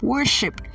Worship